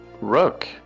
Rook